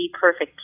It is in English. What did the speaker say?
perfect